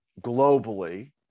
globally